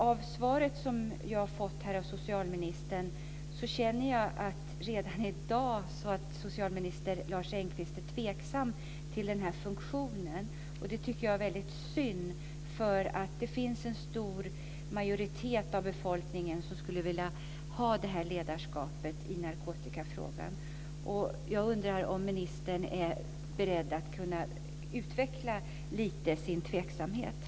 Av svaret som jag har fått av socialministern känner jag redan i dag att socialministern är tveksam till den här funktionen. Det tycker jag är väldigt synd. Det finns en stor majoritet av befolkningen som skulle vilja se det här ledarskapet i narkotikafrågan. Jag undrar om ministern är beredd att utveckla sin tveksamhet något.